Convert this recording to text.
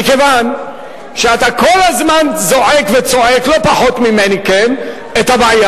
מכיוון שאתה כל הזמן זועק וצועק לא פחות ממני על הבעיה,